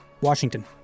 Washington